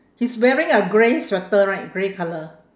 he's wearing a grey sweater right grey colour